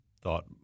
thought